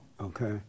Okay